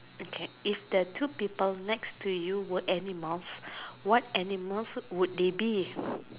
okay if the two people next to you were animals what animals would would they be